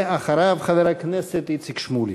ואחריו, חבר הכנסת איציק שמולי.